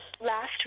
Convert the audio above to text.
Last